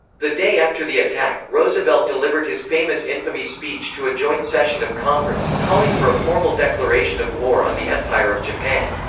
the day after the attack, roosevelt delivered his famous infamy speech to a joint session of congress, calling for a formal declaration of war on the empire of japan.